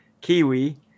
Kiwi